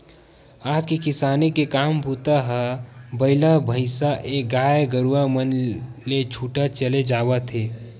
आज के किसानी के काम बूता ह बइला भइसाएगाय गरुवा मन ले छूटत चले जावत हवय